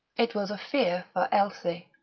it was a fear for elsie.